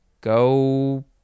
go